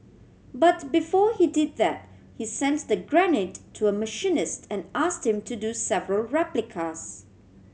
but before he did that he sent the grenade to a machinist and asked him to do several replicas